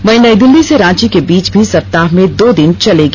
वहीं नई दिल्ली से रांची के बीच भी सप्ताह में दो दिन चलेगी